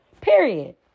Period